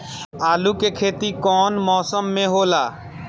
आलू के खेती कउन मौसम में होला?